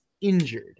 injured